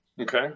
okay